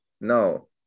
no